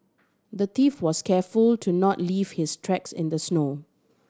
the thief was careful to not leave his tracks in the snow